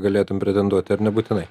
galėtum pretenduoti ar nebūtinai